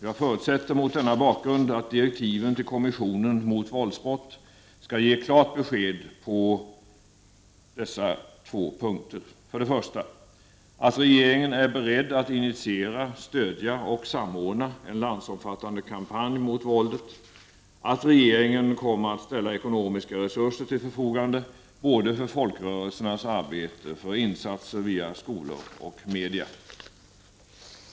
Jag förutsätter, mot denna bakgrund, att direktiven till kommissionen mot våldsbrott skall ge klart besked på två punkter: " Att regeringen är beredd att initiera, stödja och samordna en landsomfattande kampanj mot våldet. " Att regeringen kommer att ställa ekonomiska resurser till förfogande — både för folkrörelsernas arbete och för insatser via skolor och media.